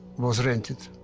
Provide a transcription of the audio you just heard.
was rented